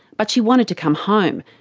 but she wanted to come home,